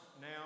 now